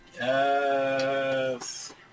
Yes